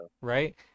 Right